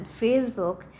Facebook